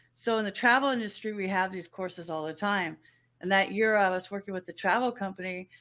so in the travel industry, we have these courses all the time, and that year i was working with the travel company.